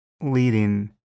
leading